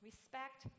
Respect